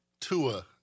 Tua